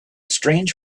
strange